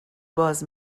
باز